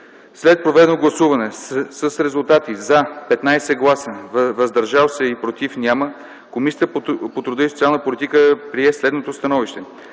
След проведено гласуване с резултати „за” - 15 гласа, „въздържали се” и „против” – няма, Комисията по труда и социалната политика прие следното становище: